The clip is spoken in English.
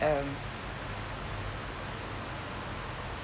um